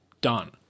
Done